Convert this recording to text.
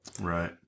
Right